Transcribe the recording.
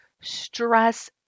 stress